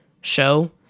show